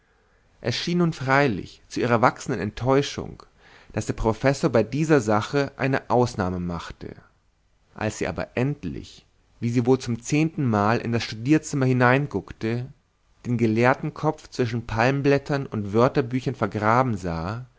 schien nun freilich zu ihrer wachsenden enttäuschung daß der professor bei dieser sache eine ausnahme machte als sie aber endlich wie sie wohl zum zehntenmal in das studierzimmer hineinguckte den gelehrtenkopf zwischen palmblättern und wörterbüchern vergraben sah